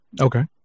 Okay